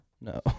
No